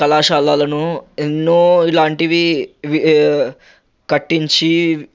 కళాశాలలను ఎన్నో ఇలాంటివి కట్టించి